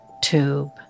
tube